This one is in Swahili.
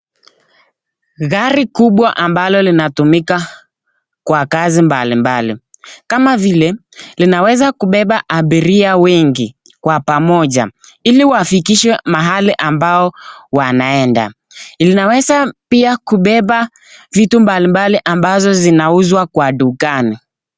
Gari kubwa ambalo linatumika kwa kazi mbalimbali, kama vile linaweza kubeba abiria wengi kwa pamoja ili wafikishwa mahali ambao wanaeda, linaweza pia kubeba vitu mbalimbali ambazo zinauzwa kwa dukani.